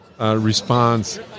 response